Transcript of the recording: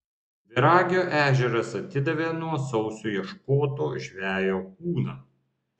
dviragio ežeras atidavė nuo sausio ieškoto žvejo kūną